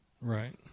right